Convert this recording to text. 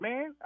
Man